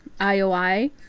IOI